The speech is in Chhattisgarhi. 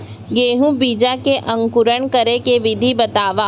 गेहूँ बीजा के अंकुरण करे के विधि बतावव?